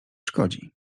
szkodzi